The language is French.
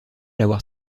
l’avoir